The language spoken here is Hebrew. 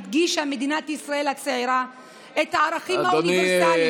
הדגישה מדינת ישראל הצעירה את הערכים האוניברסליים,